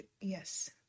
Yes